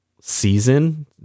season